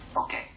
okay